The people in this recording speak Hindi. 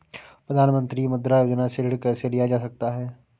प्रधानमंत्री मुद्रा योजना से ऋण कैसे लिया जा सकता है?